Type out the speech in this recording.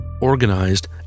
organized